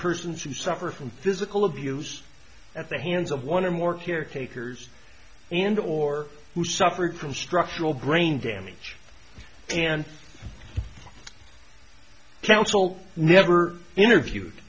persons who suffer from physical abuse at the hands of one or more caretakers and or who suffered from structural brain damage and council never interviewed